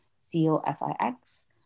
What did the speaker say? C-O-F-I-X